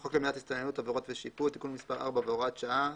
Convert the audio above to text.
בחוק למניעת הסתננות (עבירות ושיפוט) (תיקון מס' 4 והוראת שעה),